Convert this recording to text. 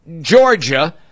Georgia